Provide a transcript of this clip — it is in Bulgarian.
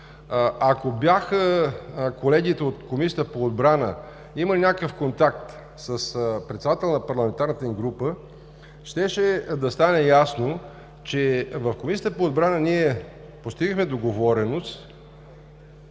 ако колегите от Комисията по отбраната имаха някакъв контакт с председателя на парламентарната група им група, щеше да стане ясно, че в Комисията по отбрана ние постигнахме договореност